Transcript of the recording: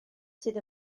sydd